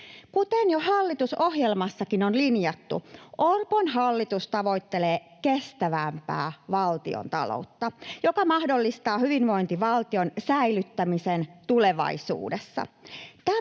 Kuten jo hallitusohjelmassakin on linjattu, Orpon hallitus tavoittelee kestävämpää valtiontaloutta, joka mahdollistaa hyvinvointivaltion säilyttämisen tulevaisuudessa.